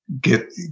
get